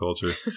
culture